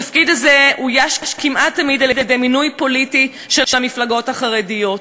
התפקיד הזה אויש כמעט תמיד על-ידי מינוי פוליטי של המפלגות החרדיות.